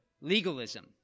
legalism